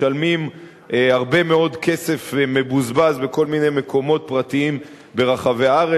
משלמים הרבה מאוד כסף מבוזבז בכל מיני מקומות פרטיים ברחבי הארץ.